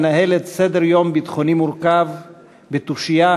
המנהלת סדר-יום ביטחוני מורכב בתושייה,